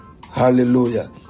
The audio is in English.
Hallelujah